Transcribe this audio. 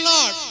Lord